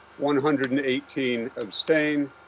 one hundred and eighteen abstain.